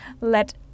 let